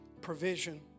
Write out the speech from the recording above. provision